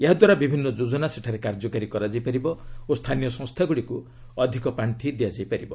ଏହାଦ୍ୱାରା ବିଭିନ୍ନ ଯୋଜନା ସେଠାରେ କାର୍ଯ୍ୟକାରୀ କରାଯାଇ ପାରିବ ଓ ସ୍ଥାନୀୟ ସଂସ୍ଥାଗୁଡ଼ିକୁ ଅଧିକ ପାଣ୍ଡି ଦିଆଯାଇ ପାରିବ